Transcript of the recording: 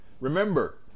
Remember